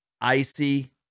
Icy